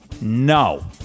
No